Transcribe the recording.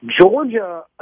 Georgia